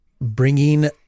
bringing